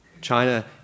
China